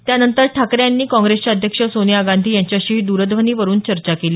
त्यांनंतर ठाकरे यांनी काँग्रेसच्या अध्यक्ष सोनिया गांधी यांच्याशीही दरध्वनीवरून चर्चा केली